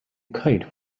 kite